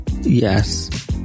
Yes